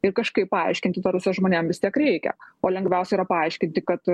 ir kažkaip paaiškinti tą rusijos žmonėm vis tiek reikia o lengviausia yra paaiškinti kad